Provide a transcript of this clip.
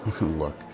Look